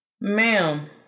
Ma'am